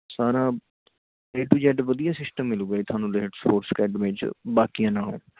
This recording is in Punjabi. ਸਾਰਾ ਏ ਟੂ ਜੈਡ ਵਧੀਆ ਸਿਸਟਮ ਮਿਲੂਗਾ ਜੀ ਤੁਹਾਨੂੰ ਲੇਹਰ ਸਪੋਰਟਸ ਅਕੈਡਮੀ 'ਚ ਬਾਕੀਆਂ ਨਾਲੋਂ